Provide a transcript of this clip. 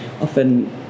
often